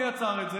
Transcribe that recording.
מי עצר את זה?